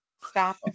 Stop